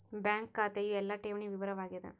bank ಖಾತೆಯು ಎಲ್ಲ ಠೇವಣಿ ವಿವರ ವಾಗ್ಯಾದ